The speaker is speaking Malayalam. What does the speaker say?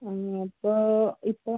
ഇനിയിപ്പോൾ ഇപ്പോൾ